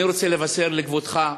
אני רוצה לבשר לכבודו,